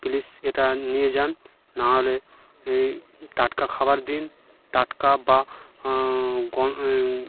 please এটা নিয়ে যান নাহলে এই টাটকা খাবার দিন টাটকা বা গমেই